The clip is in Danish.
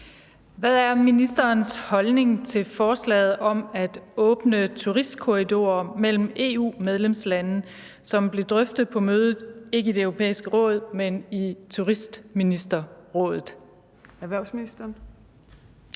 Hvad er ministerens holdning til forslaget om at åbne turistkorridorer mellem EU-medlemslande, som blev drøftet på mødet i Det Europæiske Råd? Fjerde næstformand (Trine